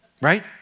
right